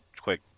quick